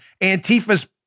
Antifa's